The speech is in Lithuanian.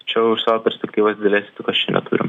čia jau iš savo perspektyvos didelės įtakos čia neturim